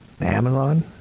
Amazon